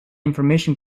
information